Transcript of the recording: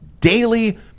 daily